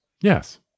Yes